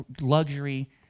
luxury